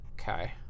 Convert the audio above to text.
Okay